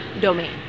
domain